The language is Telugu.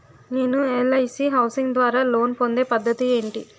నేను ఎల్.ఐ.సి హౌసింగ్ ద్వారా లోన్ పొందే పద్ధతి ఏంటి?